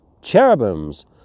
cherubims